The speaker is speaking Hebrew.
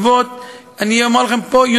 אני אומר לכם פה,